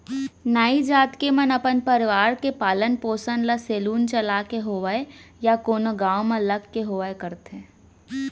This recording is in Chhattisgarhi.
नाई जात के मन अपन परवार के पालन पोसन ल सेलून चलाके होवय या कोनो गाँव म लग के होवय करथे